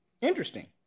interesting